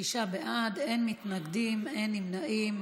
שישה בעד, אין מתנגדים, אין נמנעים.